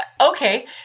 okay